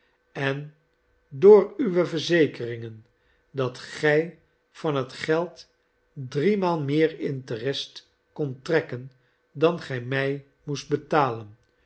en door uwe verzekeringen dat gij van het geld driemaal meer interest kondt trekken dan gij mij moest betalen